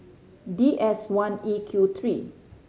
D S one E Q three